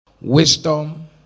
wisdom